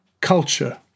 culture